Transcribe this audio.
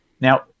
Now